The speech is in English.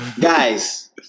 Guys